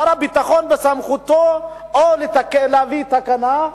שר הביטחון בסמכותו או להביא תקנה,